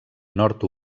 nord